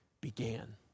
began